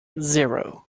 zero